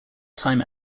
time